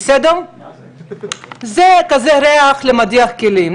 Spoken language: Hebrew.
זה ריח למדיח כלים,